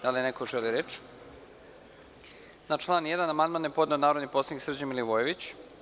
Da li neko želi reč? (Ne) Na član 1. amandman je podneo narodni poslanik Srđan Milivojević.